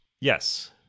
Yes